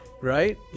Right